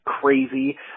crazy